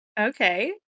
Okay